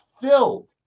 filled